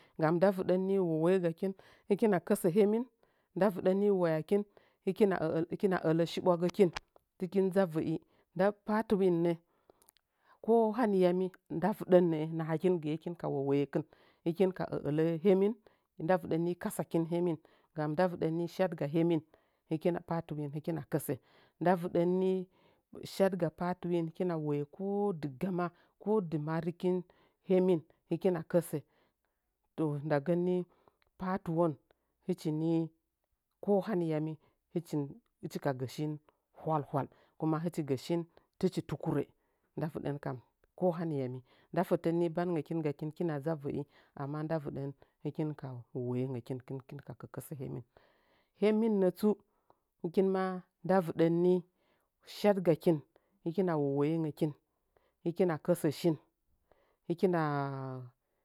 Nda vɨxən ni wowoye gakin hɨkina kəsə hemin nda vɨxən ni waya kin. hɨkin a əəə ələ shiɓwa gəkin tɨkin dzɨ a vəi nda patɨweinə ko hani yami nda vɨɗən nəə nahakin gɨye hɨkin ka wowoyeka hɨkin ka əələ hemin nda vɨɗən ni kasakin hemin gam nda vəɗən ni shadɨ ga hemin patiwein hɨkɨna kəsə nda vəɗən ni shadɨga patɨwe in kina woye kodɨga ma ko dɨma rekiy hemin hɨkika kəsə to adaganni patuwon hɨchi ni kohaniyami hɨchi hɨchi ka shin hwalhwal kuma hɨchigə shin tɨchi tukuro nda viɗər kam kohaniyami nda fətənni bandagakin gakin kina dzɨ a vəi amma nda vedən hɨ kin ka wowoyengokinkɨn ka kə kəsə hemin hemin nətsu hɨkinma nda vɨɗən ni shadɨgakin hɨkina wowoye ngəkin hɨkina kəsə shin hɨkina.